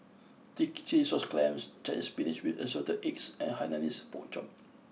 Chilli Sauce clams Chinese Spinach With Assorted Eggs and Hainanese Pork Chop